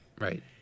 Right